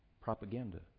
Propaganda